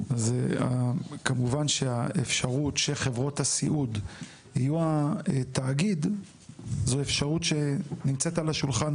כמובן שהאפשרות שחברות הסיעוד יהיו התאגיד זו אפשרות שנמצאת על השולחן,